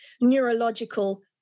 neurological